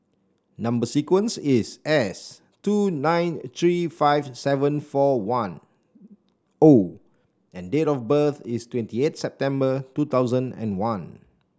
number sequence is S two nine three five seven four one O and date of birth is twenty eight September two thousand and one